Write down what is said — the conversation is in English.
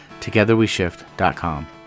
togetherweshift.com